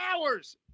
hours